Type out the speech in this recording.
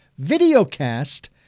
videocast